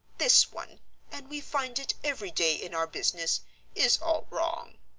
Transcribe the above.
this one and we find it every day in our business is all wrong.